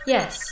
Yes